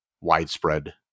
widespread